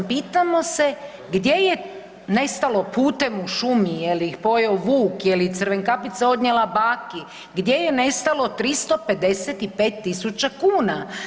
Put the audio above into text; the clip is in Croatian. Pitamo se gdje je nestalo putem u šumi je li ih pojeo vuk, je li ih Crvenkapica odnijela baki, gdje je nestalo 355 tisuća kuna?